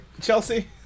Chelsea